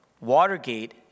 Watergate